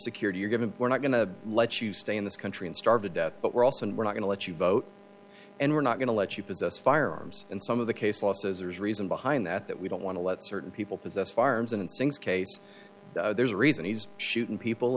security you're given we're not going to let you stay in this country and starve to death but we're also and we're not going to let you vote and we're not going to let you possess firearms and some of the case law says or is reason behind that that we don't want to let certain people possess firearms and sings case there's a reason he's shooting people